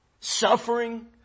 suffering